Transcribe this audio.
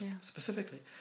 specifically